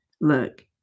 Look